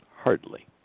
Hardly